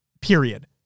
period